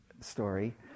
story